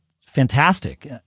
fantastic